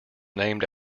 named